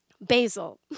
Basil